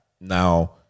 Now